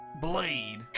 Blade